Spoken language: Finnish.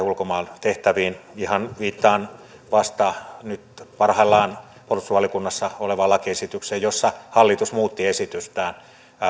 ulkomaantehtäviin viittaan vasta nyt parhaillaan puolustusvaliokunnassa olevaan lakiesitykseen jossa hallitus muutti esitystään